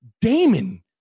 Damon